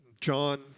John